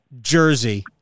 jersey